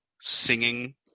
singing